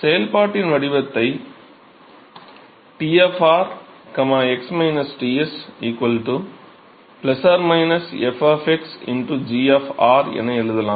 செயல்பாட்டின் வடிவத்தை T x Ts ± f g என எழுதலாம்